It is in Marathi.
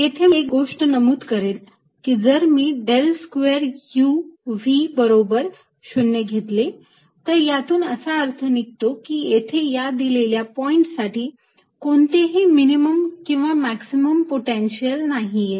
येथे मी एक गोष्ट नमूद करेल की जर मी del square U V बरोबर 0 घेतले तर यातून असा अर्थ निघतो की येथे या दिलेल्या पॉईंट साठी कोणतेही मिनिमम किंवा मॅक्सीमम पोटेन्शिअल नाहीये